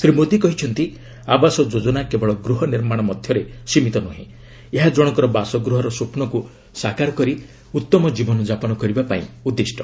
ଶ୍ରୀ ମୋଦି କହିଛନ୍ତି ଆବାସ ଯୋଜନା କେବଳ ଗୃହ ନିର୍ମାଣ ମଧ୍ୟରେ ସୀମିତ ନୁହେଁ ଏହା ଜଣକର ବାସଗୃହର ସ୍ୱପ୍ନକୁ ସାକାର କରି ଉତ୍ତମ କ୍ରୀବନ ଯାପନ କରିବା ପାଇଁ ଉଦ୍ଦିଷ୍ଟ